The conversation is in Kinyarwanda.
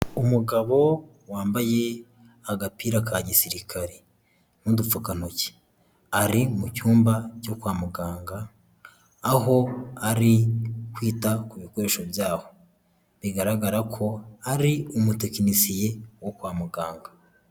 Umugabo wambaye agapira ka gisirikari n'udupfukantoki, ari mu cyumba cyo kwa muganga, aho ari kwita ku bikoresho byaho, bigaragara ko ari umutekinisiye wo kwa muganga.